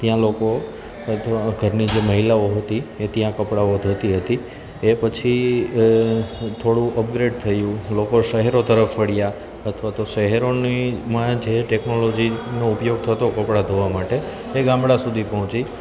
ત્યાં લોકો ઘરની જે મહિલાઓ હતી એ ત્યાં કપડાઓ ધોતી હતી એ પછી થોડું અપગ્રેડ થયું લોકો શહેરો તરફ વળ્યાં અથવા તો શહેરોની માં જે ટેકનોલોજીનો ઉપયોગ થતો કપડાં ધોવા માટે એ ગામડા સુધી પહોંચી